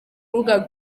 rubuga